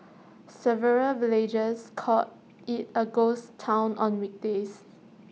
several villagers call IT A ghost Town on weekdays